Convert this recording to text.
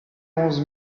onze